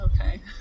Okay